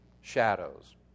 shadows